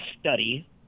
study